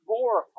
more